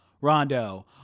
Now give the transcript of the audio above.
Rondo